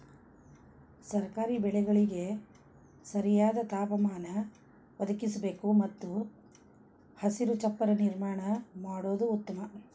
nursery ಬೆಳೆಗಳಿಗೆ ಸರಿಯಾದ ತಾಪಮಾನ ಒದಗಿಸಬೇಕು ಮತ್ತು ಹಸಿರು ಚಪ್ಪರ ನಿರ್ಮಾಣ ಮಾಡುದು ಉತ್ತಮ